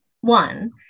One